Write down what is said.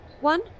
one